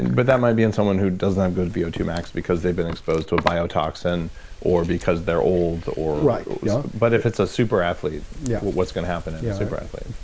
and but that might be in someone who doesn't have good v o two max because they've been exposed to a biotoxin or because they're old or right. yeah but, if it's a super athlete, yeah what's going to happen in a yeah super athlete?